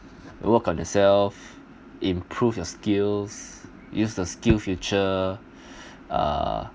work on yourself improve your skills use the skills future uh